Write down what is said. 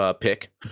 pick